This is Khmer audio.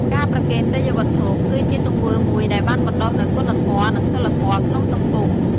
ការប្រគេនទេយ្យវត្ថុ គឺជាទង្វើមួយដែលបានបណ្ដុះនូវ គុណធម៌ និងសីលធម៌ ក្នុងសង្គម។